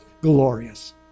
glorious